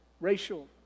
racial